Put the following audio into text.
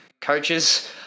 coaches